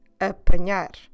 Apanhar